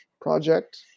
project